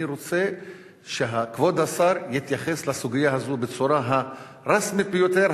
אני רוצה שכבוד השר יתייחס לסוגיה הזאת בצורה הרשמית ביותר,